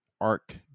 arc